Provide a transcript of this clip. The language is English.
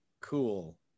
Cool